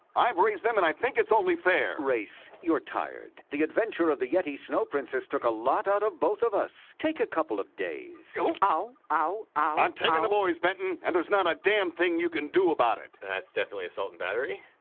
i've raised them, and i think it's only fair! race, you're tired. the adventure of the yeti snow princess took a lot out of both of us. take a couple of days. ow, ow, ow. ah i'm taking the boys, benton, and there's not a damn thing you can do about it! that's definitely assault and battery.